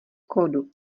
kódu